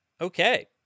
Okay